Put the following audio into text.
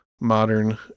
modern